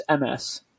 MS